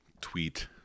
tweet